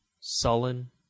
sullen